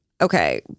Okay